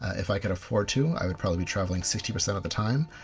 if i could afford to, i'd probably be travelling sixty percent of the time.